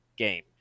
Game